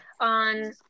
On